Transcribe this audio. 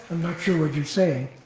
not sure what you're saying.